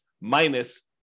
minus